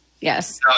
Yes